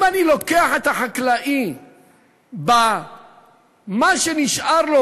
אם אני לוקח את החקלאי במה שנשאר לו,